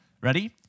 Ready